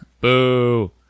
Boo